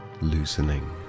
loosening